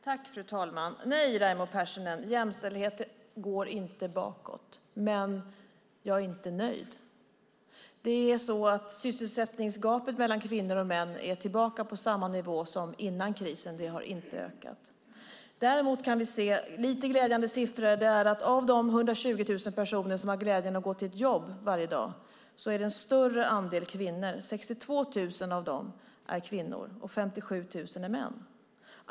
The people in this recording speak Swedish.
Fru talman! Nej, Raimo Pärssinen, jämställdheten går inte bakåt, men jag är inte nöjd. Sysselsättningsgapet mellan kvinnor och män är tillbaka på samma nivå som före krisen. Det har inte ökat. Däremot kan vi se lite glädjande siffror. Av de 120 000 personer som har glädjen att gå till ett jobb varje dag är det en större andel kvinnor. 62 000 av dem är kvinnor. 57 000 är män.